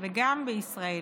וגם בישראל.